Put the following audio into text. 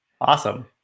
Awesome